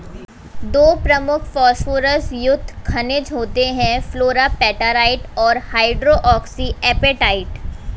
दो प्रमुख फॉस्फोरस युक्त खनिज होते हैं, फ्लोरापेटाइट और हाइड्रोक्सी एपेटाइट